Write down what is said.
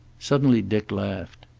suddenly dick laughed.